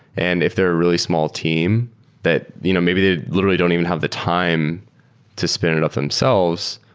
and if they're a really small team that you know maybe they literally don't even have the time to spin it up themselves,